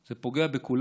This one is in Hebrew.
זה פוגע בכולנו,